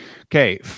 Okay